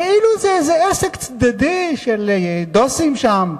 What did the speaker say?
כאילו זה איזה עסק צדדי של דוסים שם,